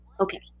Okay